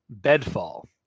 bedfall